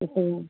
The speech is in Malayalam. ഇപ്പോഴും